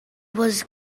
was